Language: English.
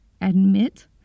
admit